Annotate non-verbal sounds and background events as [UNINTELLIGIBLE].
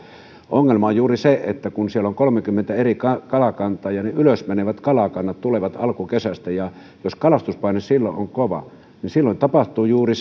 ongelma on juuri se että kun siellä on kolmekymmentä eri kalakantaa ja ne ylös menevät kalakannat tulevat alkukesästä niin jos kalastuspaine silloin on kova niin silloin tapahtuu juuri [UNINTELLIGIBLE]